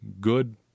good